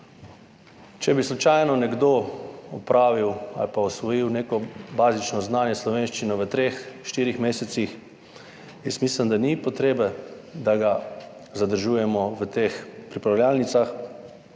Če bi slučajno nekdo opravil ali pa osvojil neko bazično znanje slovenščine v treh, štirih mesecih, jaz mislim, da ni potrebe, da ga zadržujemo v teh pripravljalnicah